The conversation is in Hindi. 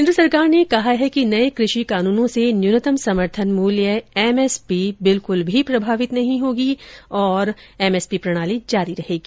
केन्द्र सरकार ने कहा है कि नए कृषि कानूनों से न्यूनतम समर्थन मूल्य एमएसपी बिल्कुल भी प्रभावित नहीं होगा और एमएसपी प्रणाली जारी रहेगी